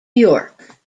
york